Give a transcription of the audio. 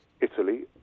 Italy